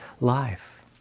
life